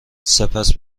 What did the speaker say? سپس